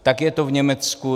Tak je to v Německu.